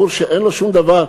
בחור שאין לו שום דבר.